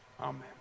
Amen